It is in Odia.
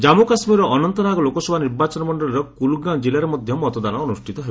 ଜମ୍ମୁ କାଶ୍କୀରର ଅନନ୍ତନାଗ ଲୋକସଭା ନିର୍ବାଚନ ମଣ୍ଡଳୀର କୁଲଗାମ୍ ଜିଲ୍ଲାରେ ମଧ୍ୟ ମତଦାନ ଅନୁଷ୍ଠିତ ହେବ